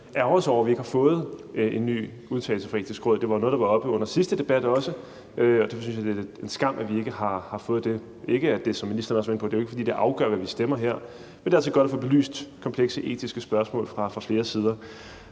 ærgrelse over, at vi ikke har fået en ny udtalelse fra Det Etiske Råd. Det var noget, der også var oppe under sidste debat, og derfor synes jeg, det er en skam, at vi ikke har fået det. Som ministeren var inde på, er det ikke, fordi det afgør, hvad vi stemmer her, men det er altså godt at få belyst komplekse etiske spørgsmål fra flere sider.